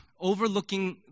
overlooking